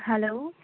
hello